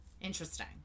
Interesting